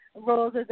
Roles